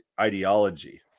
ideology